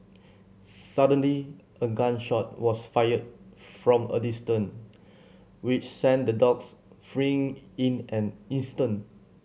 suddenly a gun shot was fired from a distance which sent the dogs fleeing in an instant